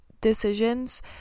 decisions